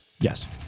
Yes